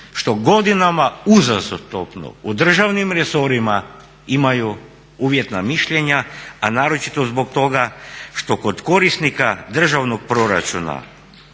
što godina uzastopno u državnim resorima imaju uvjetna mišljenja a naročito zbog toga što kod korisnika državnog proračuna